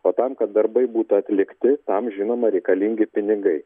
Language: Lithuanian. o tam kad darbai būtų atlikti tam žinoma reikalingi pinigai